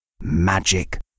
Magic